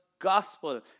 gospel